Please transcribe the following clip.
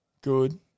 good